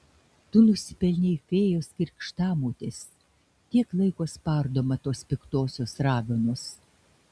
tu nusipelnei fėjos krikštamotės tiek laiko spardoma tos piktosios raganos